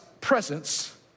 presence